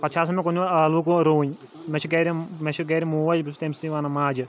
پَتہٕ چھِ آسان مےٚ کُنہٕ دۄہ ٲلوٕ کُلۍ رُوٕنۍ مےٚ چھِ گَھرِ مےٚ چھِ گَھرِ موج بہٕ چھُس تٔمسٕے وَنان ماجہِ